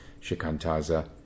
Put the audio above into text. shikantaza